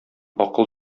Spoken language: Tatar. акыл